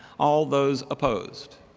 all those opposed?